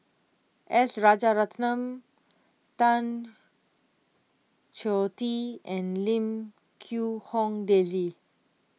S Rajaratnam Tan Choh Tee and Lim Quee Hong Daisy